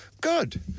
Good